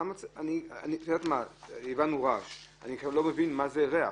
אני לא מבין מה זה ריח.